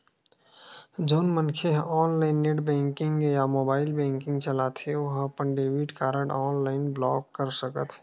जउन मनखे ह ऑनलाईन नेट बेंकिंग या मोबाईल बेंकिंग चलाथे ओ ह अपन डेबिट कारड ऑनलाईन ब्लॉक कर सकत हे